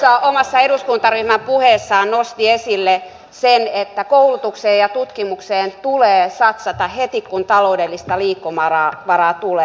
kokoomushan omassa eduskuntaryhmän puheessaan nosti esille sen että koulutukseen ja tutkimukseen tulee satsata heti kun taloudellista liikkumavaraa tulee